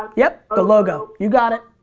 yep, a logo. you got it.